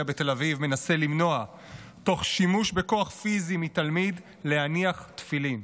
בתל אביב מנסה למנוע מתלמיד להניח תפילין,